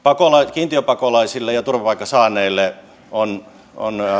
kiintiöpakolaisille ja turvapaikan saaneille on on